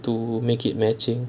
to make it matching